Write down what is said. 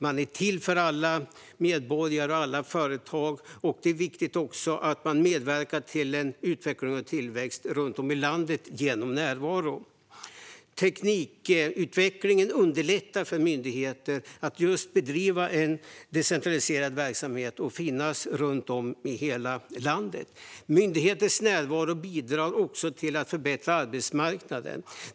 Man är till för alla medborgare och alla företag. Det är också viktigt att man genom närvaro medverkar till utveckling och tillväxt runt om i landet. Teknikutvecklingen underlättar för myndigheter att just bedriva en decentraliserad verksamhet och finnas runt om i hela landet. Myndigheters närvaro bidrar också till att förbättra arbetsmarknaden.